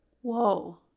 whoa